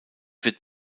wird